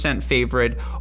Favorite